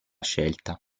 scelta